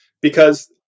because-